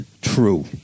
true